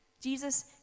Jesus